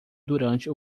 durante